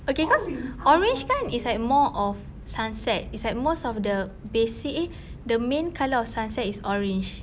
okay cause orange kan is like more of sunset it's like most of the basic eh the main colour of sunset is orange